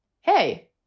hey